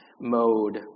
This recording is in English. mode